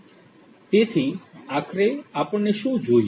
તેથી આખરે આપણને શું જોઈએ